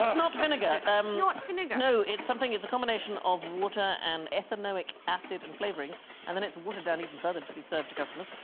not vinegar, um not vinegar no, it's something it's a combination of water and ethanoic acid and flavorings and then it's watered down even further to be served to customers.